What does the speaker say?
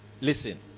Listen